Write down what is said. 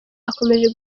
akomeje